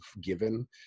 given